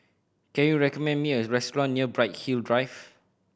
can you recommend me a restaurant near Bright Hill Drive